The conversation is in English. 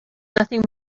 nothing